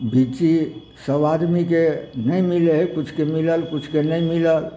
बीची सब आदमी के नहि मिलै है किछुके मिलल किछुके नहि मिलल